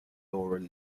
laura